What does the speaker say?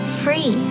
free